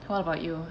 what about you